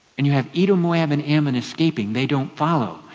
and you have edom, moab and ammon escaping. they don't follow.